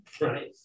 Right